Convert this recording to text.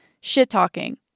shit-talking